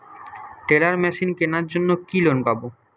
Teller machine কেনার জন্য কি লোন পাব?